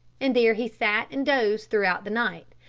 and there he sat and dozed throughout the night.